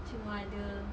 cuma ada